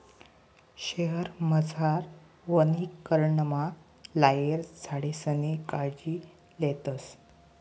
शयेरमझार वनीकरणमा लायेल झाडेसनी कायजी लेतस